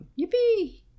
Yippee